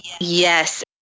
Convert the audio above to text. yes